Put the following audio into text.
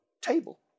table